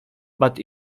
but